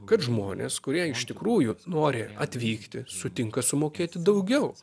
kad žmonės kurie iš tikrųjų nori atvykti sutinka sumokėti daugiau